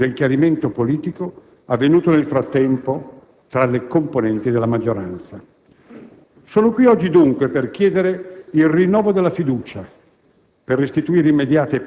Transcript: anche in virtù del chiarimento politico avvenuto nel frattempo tra le componenti della maggioranza. Sono qui oggi, dunque, per chiedere il rinnovo della fiducia,